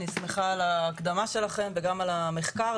אני שמחה על ההקדמה שלכם וגם על המחקר.